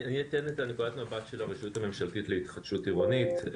אני אתן את נקודת המבט של הרשות הממשלתית להתחדשות עירונית.